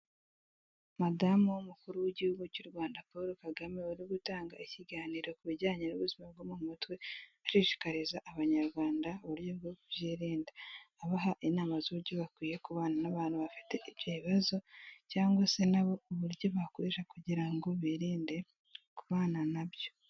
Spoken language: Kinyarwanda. Madamu w'umukuru w'igihugu cy'u Rwanda Paul kagame wari gutanga ikiganiro ku bijyanye n'ubuzima bwo mu mutwe, ashishikariza abanyarwanda uburyo bwo kubyirinda. Abaha inama z'uburyo bakwiye kubana n'abantu bafite ibyo bibazo cyangwa se nabo uburyo bakoresha kugira ngo birinde kubana nabyo